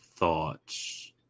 thoughts